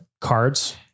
cards